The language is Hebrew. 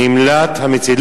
בעקבות זאת נמלט המצית.